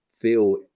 feel